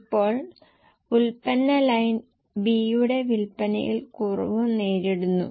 ഇപ്പോൾ ഉൽപ്പന്ന line B യുടെ വിൽപ്പനയിൽ കുറവ് നേരിടുന്നു